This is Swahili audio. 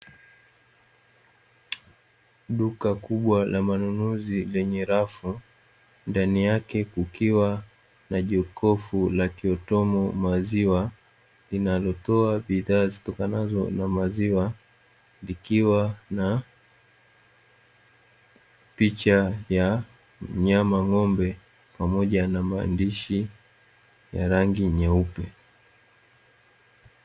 Duka kubwa la manunuzi yenye rafu ndani yake kukiwa na jokofu la kiutomu maziwa linalotoa bidhaa zitokanazo na maziwa, likiwa na picha ya mnyama ng'ombe pamoja na maandishi ya rangi nyeupe.